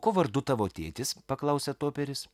kuo vardu tavo tėtis paklausė toperis